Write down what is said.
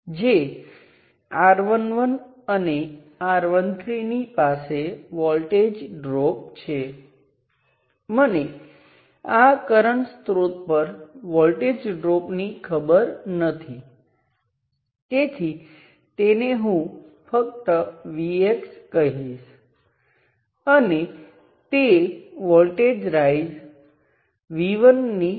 તો હવે આ નોડ અને સંદર્ભ નોડ વચ્ચેનો વોલ્ટેજ Vn છે તો આ નોડ અને સંદર્ભ નોડ વચ્ચેનો વોલ્ટેજ કેટલો છે તે કિર્ચોફનો વોલ્ટેજનાં નિયમનો ઉપયોગથી જાણી શકાય